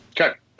Okay